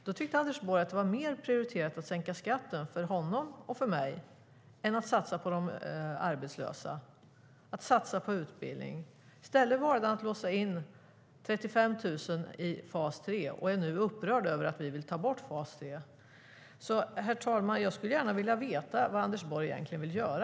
Då tyckte Anders Borg att det var mer prioriterat att sänka skatten för honom och för mig än att satsa på de arbetslösa, att satsa på utbildning. I stället valde han att låsa in 35 000 i fas 3 och är nu upprörd över att vi vill ta bort fas 3. Herr talman! Jag skulle gärna vilja veta vad Anders Borg egentligen vill göra.